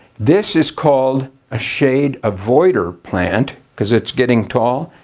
this is called a shade avoider plant because it's getting tall.